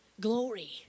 glory